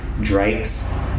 Drake's